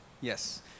Yes